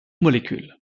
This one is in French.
molécules